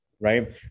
right